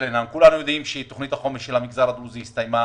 כולנו יודעים שתוכנית החומש של המגזר הדרוזי הסתיימה